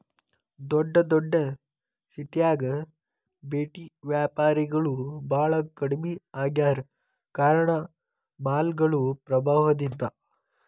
ದೊಡ್ಡದೊಡ್ಡ ಸಿಟ್ಯಾಗ ಬೇಡಿ ವ್ಯಾಪಾರಿಗಳು ಬಾಳ ಕಡ್ಮಿ ಆಗ್ಯಾರ ಕಾರಣ ಮಾಲ್ಗಳು ಪ್ರಭಾವದಿಂದ